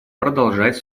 продолжать